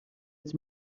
sut